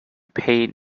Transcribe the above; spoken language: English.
paid